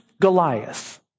Goliath